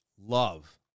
love